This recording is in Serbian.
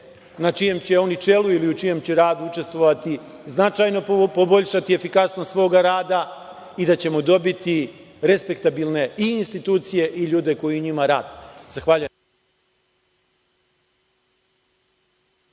na čijem će oni čelu ili u čijem će radu učestvovati značajno poboljšati efikasnost svoga rada i da ćemo dobiti respektabilne i institucije i ljude koji u njima rade.